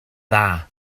dda